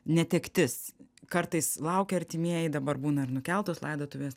netektis kartais laukia artimieji dabar būna ir nukeltos laidotuvės